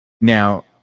Now